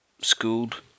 Schooled